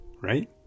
right